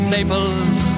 Naples